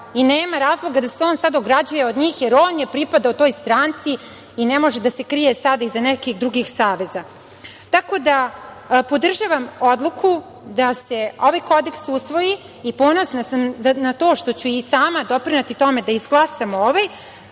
i nema razloga da se on sada ograđuje od njih, jer on je pripadao toj stranci i ne može da se krije sada iza nekih drugih saveza. Podržavam odluku da se ovaj kodeks usvoji i ponosna sam na to što ću i sama doprineti tome da izglasamo ovu